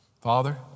Father